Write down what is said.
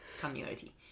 community